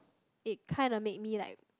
it kinda made me like